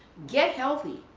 get healthy.